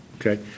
Okay